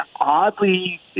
oddly